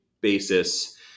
basis